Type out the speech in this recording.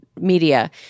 media